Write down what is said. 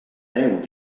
deu